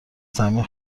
زمین